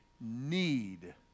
need